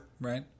right